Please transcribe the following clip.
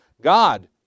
God